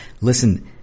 Listen